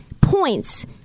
points